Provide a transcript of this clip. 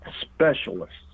specialists